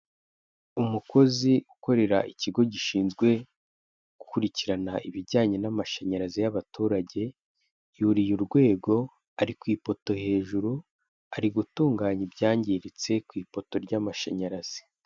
Umukozi ukorera ikigo gishinzwe gukurikirana ibijyanye n'amashanyarazi y'abaturage, yuriye urwego, ari ku ifoto hejuru ari gutunganya ibyangiritse ku ipoto ry'amashanyarazi.